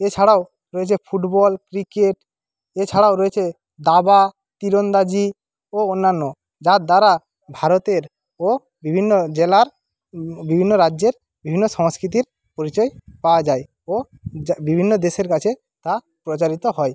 এছাড়াও রয়েছে football cricket এছাড়াও রয়েছে দাবা তিরন্দাজি ও অন্যান্য যার দ্বারা ভারতের ও বিভিন্ন জেলার বিভিন্ন রাজ্যের বিভিন্ন সংস্কৃতির পরিচয় পাওয়া যায় ও যা বিভিন্ন দেশের কাছে তা প্রচারিত হয়